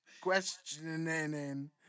questioning